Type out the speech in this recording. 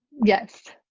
yes.